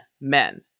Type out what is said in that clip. men